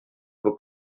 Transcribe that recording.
vos